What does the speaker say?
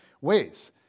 ways